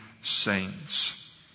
saints